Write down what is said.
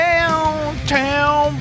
Downtown